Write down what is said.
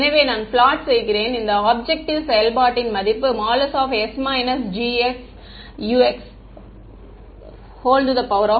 எனவே நான் பிளாட் செய்கிறேன் இந்த ஆப்ஜெக்ட்டிவ் செயல்பாட்டின் மதிப்பு ||s GsUx||2